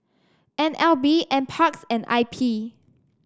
N L B NParks and I P